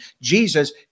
jesus